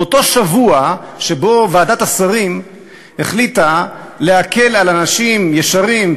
באותו שבוע שבו ועדת השרים החליטה להקל על אנשים ישרים,